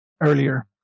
earlier